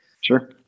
Sure